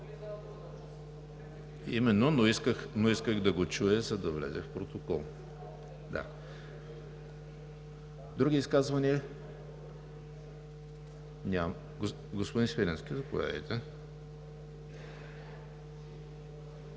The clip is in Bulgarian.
Именно, но исках да го чуя, за да влезе в протокола. Други изказвания? Господин Свиленски, заповядайте.